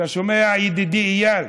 אתה שומע, ידידי איל?